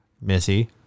Missy